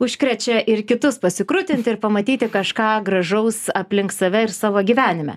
užkrečia ir kitus pasikrutinti ir pamatyti kažką gražaus aplink save ir savo gyvenime